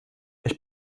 ich